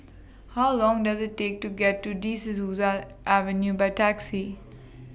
How Long Does IT Take to get to Dies Souza Avenue By Taxi